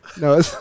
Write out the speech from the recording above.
no